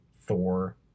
Thor